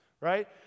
right